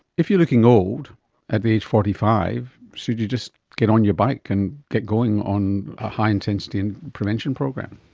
if you're looking old at age forty five, should you just get on your bike and get going on high intensity and prevention program?